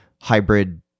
hybrid